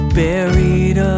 buried